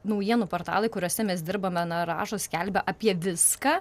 naujienų portalai kuriuose mes dirbame na rašo skelbia apie viską